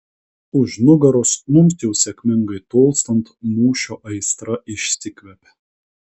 už nugaros mums jau sėkmingai tolstant mūšio aistra išsikvepia